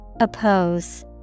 Oppose